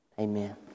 Amen